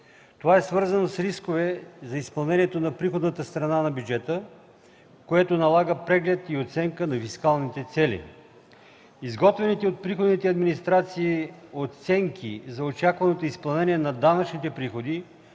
Това е свързано с рискове за изпълнението на приходната страна на бюджета, което налага преглед и оценка на фискалните цели. Изготвените от приходните администрации оценки за очакваното изпълнение на данъчните приходи